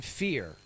fear